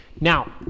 Now